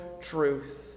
truth